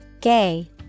Gay